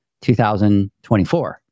2024